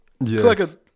Yes